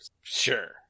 Sure